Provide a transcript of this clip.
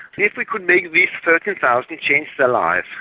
if we could make these thirteen thousand change their lives,